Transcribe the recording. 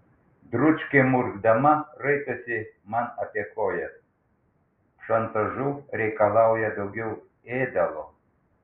dručkė murkdama raitosi man apie kojas šantažu reikalauja daugiau ėdalo